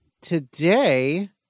today